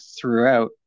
throughout